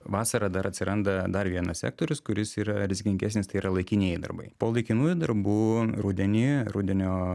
vasarą dar atsiranda dar vienas sektorius kuris yra rizikingesnis tai yra laikinieji darbai po laikinųjų darbų rudenį rudenio